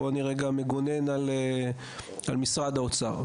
פה אני כרגע מגונן על משרד האוצר.